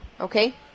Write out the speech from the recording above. okay